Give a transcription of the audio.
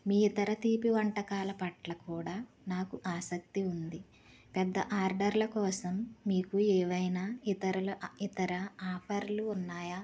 మీ ఇతర తీపి వంటకాల పట్ల కూడా నాకు ఆసక్తి ఉంది పెద్ద ఆర్డర్ల కోసం మీకు ఏమైన ఇతర ఆఫర్లు ఉన్నాయా